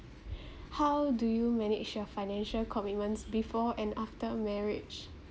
how do you manage your financial commitments before and after marriage